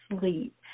sleep